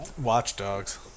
Watchdogs